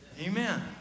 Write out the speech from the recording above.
Amen